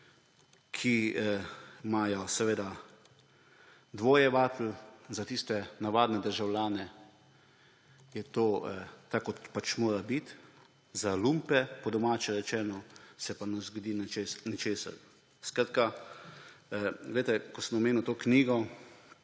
ki imajo seveda dvojne vatle. Za tiste navadne državljane je to tako, kot pač mora biti, za lumpe, po domače rečeno, se pa ne zgodi ničesar. Skratka, ko sem omenil to knjigo